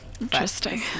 Interesting